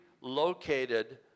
located